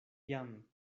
jam